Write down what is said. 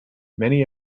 many